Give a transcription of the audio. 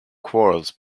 quarrels